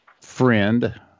friend